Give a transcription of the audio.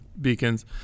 beacons